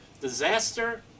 Disaster